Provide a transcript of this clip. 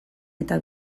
eta